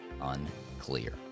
unclear